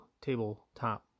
tabletop